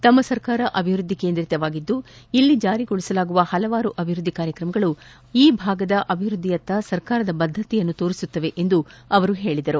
ತಮ್ನ ಸರ್ಕಾರ ಅಭಿವೃದ್ದಿ ಕೇಂದ್ರಿತವಾಗಿದ್ದು ಇಲ್ಲಿ ಜಾರಿಗೊಳಿಸಲಾಗುವ ಪಲವಾರು ಅಭಿವ್ಯದ್ದಿ ಕಾರ್ಯಕ್ರಮಗಳು ಈ ಭಾಗದ ಅಭಿವೃದ್ದಿಯತ್ತ ಸರ್ಕಾರದ ಬದ್ಗತೆಯನ್ನು ತೋರಿಸುತ್ತವೆ ಎಂದು ಅವರು ಹೇಳಿದರು